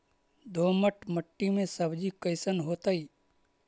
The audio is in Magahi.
दोमट मट्टी में सब्जी कैसन होतै?